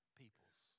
peoples